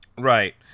Right